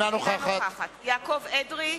אינה נוכחת יעקב אדרי,